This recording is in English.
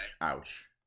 Ouch